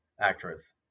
actress